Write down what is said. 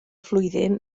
flwyddyn